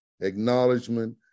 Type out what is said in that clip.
acknowledgement